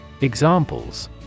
Examples